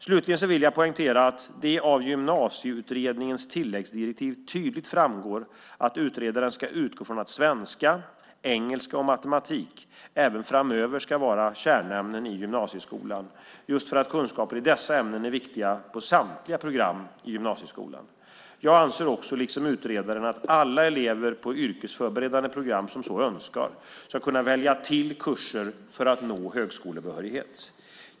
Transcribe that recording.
Slutligen vill jag poängtera att det av Gymnasieutredningens tilläggsdirektiv tydligt framgår att utredaren ska utgå från att svenska, engelska och matematik även framöver ska vara kärnämnen i gymnasieskolan, just för att kunskaper i dessa ämnen är viktiga på samtliga program i gymnasieskolan. Jag anser också, liksom utredaren, att alla elever på yrkesförberedande program som så önskar ska kunna välja till kurser för att nå högskolebehörighet.